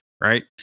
right